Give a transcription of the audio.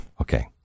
Okay